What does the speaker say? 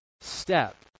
step